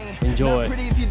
Enjoy